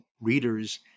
readers